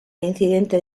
incidente